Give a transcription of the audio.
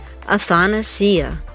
Athanasia